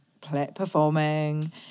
performing